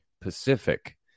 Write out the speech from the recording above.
Pacific